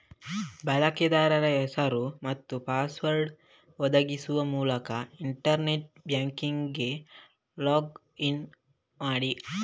ಬಳಕೆದಾರ ಹೆಸರು ಮತ್ತು ಪಾಸ್ವರ್ಡ್ ಒದಗಿಸುವ ಮೂಲಕ ಇಂಟರ್ನೆಟ್ ಬ್ಯಾಂಕಿಂಗಿಗೆ ಲಾಗ್ ಇನ್ ಮಾಡಿ